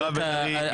מירב בן ארי.